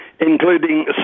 including